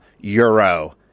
Euro